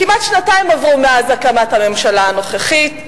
כמעט שנתיים עברו מאז הקמת הממשלה הנוכחית,